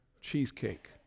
cheesecake